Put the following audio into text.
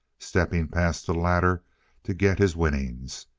stepping past the latter to get his winnings.